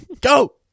Go